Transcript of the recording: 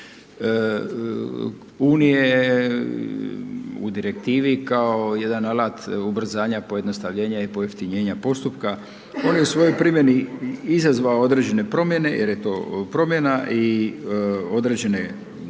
EU-a u direktivi kao jedan alat ubrzanja pojednostavljenja i pojeftinjenja postupka, on je u svojoj primjeni izazvao određene promjene jer je to promjena i određene